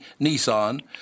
Nissan